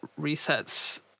resets